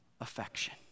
affection